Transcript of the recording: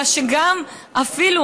אלא זה גם אפילו,